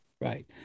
Right